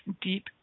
deep